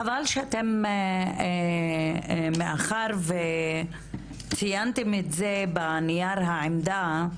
חבל שאתם מאחר וציינתם את זה בנייר העמדה,